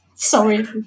Sorry